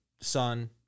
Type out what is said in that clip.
son